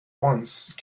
once